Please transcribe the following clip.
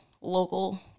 local